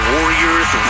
Warriors